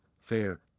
fair